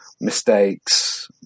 mistakes